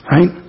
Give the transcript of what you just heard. Right